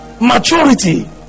maturity